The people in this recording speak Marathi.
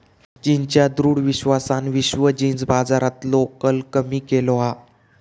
चीनच्या दृढ विश्वासान विश्व जींस बाजारातलो कल कमी केलो हा